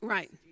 Right